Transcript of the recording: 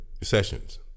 sessions